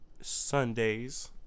Sunday's